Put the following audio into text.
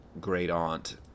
great-aunt